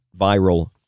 viral